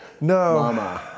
No